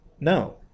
No